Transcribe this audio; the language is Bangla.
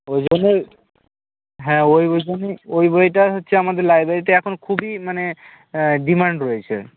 ওই জন্যই হ্যাঁ ওই ওই জন্যই ওই বইটা হচ্ছে আমাদের লাইব্রেরিতে এখন খুবই মানে ডিমান্ড রয়েছে